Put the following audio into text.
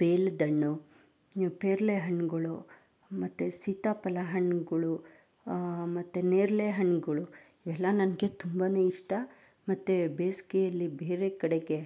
ಬೇಲದ ಹಣ್ಣು ಪೇರಲೆ ಹಣ್ಣುಗಳು ಮತ್ತು ಸೀತಾಫಲ ಹಣ್ಣುಗಳು ಮತ್ತು ನೇರಲೇ ಹಣ್ಣುಗಳು ಎಲ್ಲ ನನಗೆ ತುಂಬಾ ಇಷ್ಟ ಮತ್ತೆ ಬೇಸಿಗೆಯಲ್ಲಿ ಬೇರೆ ಕಡೆಗೆ